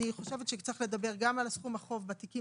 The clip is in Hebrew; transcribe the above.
אני חושבת שצריך לדבר גם על סכום החוב בתיקים